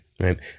right